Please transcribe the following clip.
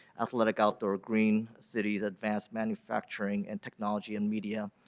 athletic outdoor green, city advanced manufacturing and technology and media.